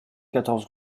quatorze